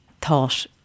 thought